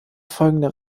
folgender